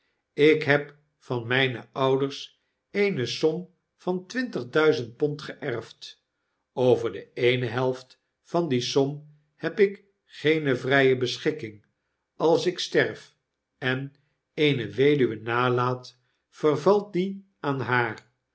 ik heb van mijne ouders eene som van twintig duizend pond geerfd over de eene helft van die som heb ik geen vrijebeschikking als ik sterf en eene weduwe nalaat vervalt die aan haar